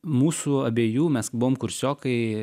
mūsų abiejų mes buvom kursiokai